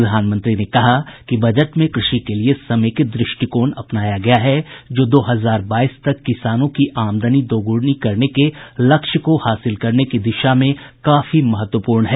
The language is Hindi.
प्रधानमंत्री ने कहा कि बजट में कृषि के लिए समेकित दृष्टिकोण अपनाया गया है जो दो हजार बाईस तक किसानों की आमदनी दोगुनी करने के लक्ष्य को हासिल करने की दिशा में काफी महत्वपूर्ण है